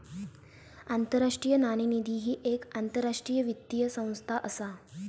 आंतरराष्ट्रीय नाणेनिधी ही येक आंतरराष्ट्रीय वित्तीय संस्था असा